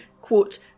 quote